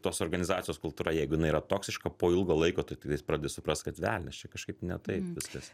tos organizacijos kultūra jeigu jinai yra toksiška po ilgo laiko tu tiktais pradedi suprast kad velnias čia kažkaip ne taip viskas